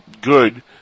good